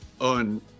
on